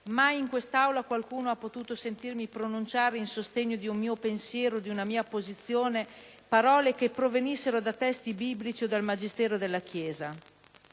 Mai in quest'Aula qualcuno ha potuto sentirmi pronunciare, in sostegno di un mio pensiero, di una mia posizione, parole che provenissero da testi biblici o dal magistero della Chiesa.